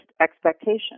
expectation